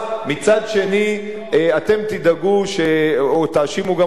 מצד שני תאשימו גם אותנו,